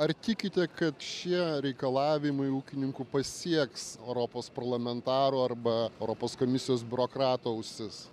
ar tikite kad šie reikalavimai ūkininkų pasieks europos parlamentarų arba europos komisijos biurokratų ausis